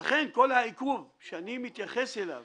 ולכן כל העיכוב שאני מתייחס אליו